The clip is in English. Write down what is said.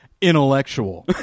intellectual